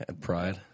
pride